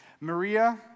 Maria